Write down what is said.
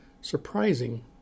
Surprising